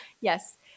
Yes